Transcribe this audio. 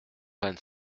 vingt